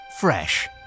fresh